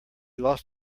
lost